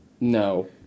no